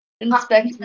Inspect